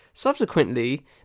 Subsequently